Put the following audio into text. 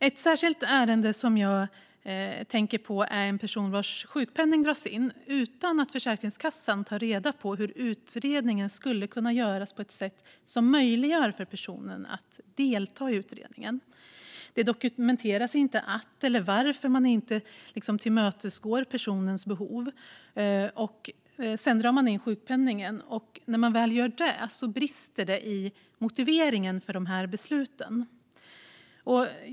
Ett särskilt ärende som jag tänker på rör en person vars sjukpenning drogs in utan att Försäkringskassan tog reda på hur utredningen skulle kunna göras på ett sätt som möjliggjorde för personen att delta i den. Det dokumenterades inte att eller varför man inte tillmötesgick personens behov. Sedan drog man in sjukpenningen. När man väl gjorde det brast det i motiveringen för besluten.